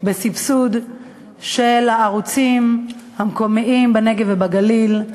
בסבסוד של הערוצים המקומיים בנגב ובגליל.